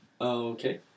okay